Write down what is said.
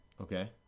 Okay